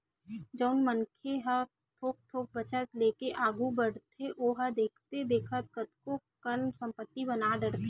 जउन मनखे ह थोक थोक बचत लेके आघू बड़थे ओहा देखथे देखत कतको कन संपत्ति बना डरथे